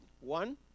one